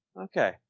Okay